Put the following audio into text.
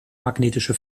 magnetische